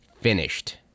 finished